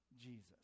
jesus